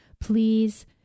please